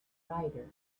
rider